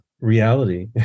reality